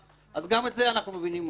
אז גם את זה אנחנו מבינים,